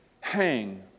hang